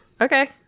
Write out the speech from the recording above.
Okay